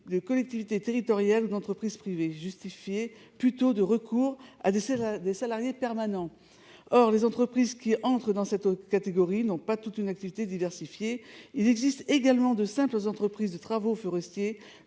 de collectivités territoriales ou d'entreprises privées justifiait plutôt le recours à des salariés permanents. Toutes les entreprises de cette catégorie n'ont pas une activité diversifiée, puisqu'elle englobe également de simples entreprises de travaux forestiers